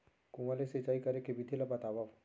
कुआं ले सिंचाई करे के विधि ला बतावव?